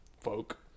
folk